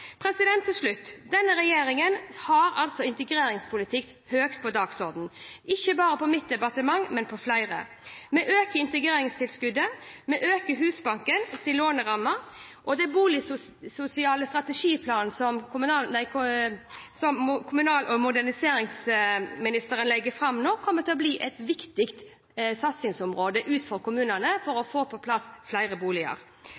Til slutt: Denne regjeringen har integreringspolitikk høyt på dagsordenen, ikke bare i mitt departement, men i flere. Vi øker integreringstilskuddet, vi øker Husbankens låneramme, og den boligsosiale strategiplanen som kommunal- og moderniseringsministeren legger fram nå, kommer til å bli et viktig satsingsområde for kommunene for